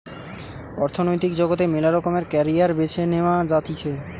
অর্থনৈতিক জগতে মেলা রকমের ক্যারিয়ার বেছে নেওয়া যাতিছে